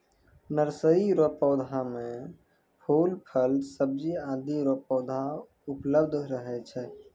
nursery रो पौधा मे फूल, फल, सब्जी आदि रो पौधा उपलब्ध रहै छै